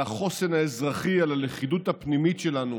על החוסן האזרחי, על הלכידות הפנימית שלנו